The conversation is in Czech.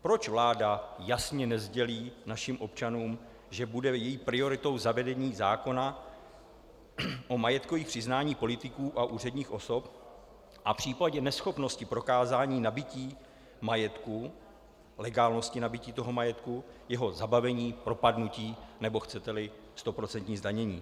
Proč vláda jasně nesdělí našim občanům, že bude její prioritou zavedení zákona o majetkovém přiznání politiků a úředních osob a v případě neschopnosti prokázání nabytí majetku, legálnosti nabytí toho majetku, jeho zabavení, propadnutí, nebo chceteli stoprocentní zdanění?